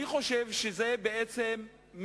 אני חושב שזה מסר